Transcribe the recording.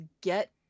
get